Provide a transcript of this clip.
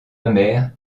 amer